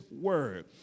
word